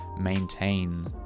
maintain